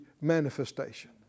manifestation